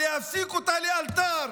להפסיק אותה לאלתר.